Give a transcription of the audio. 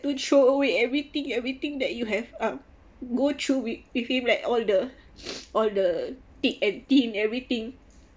to throw away everything everything that you have um go through with with him like all the all the thick and thin everything